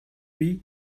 бие